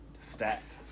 Stacked